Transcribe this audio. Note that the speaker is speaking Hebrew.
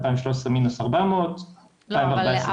ב-2013 מינוס 400 מיליון; ב-2014 מינוס 380 מיליון.